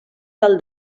del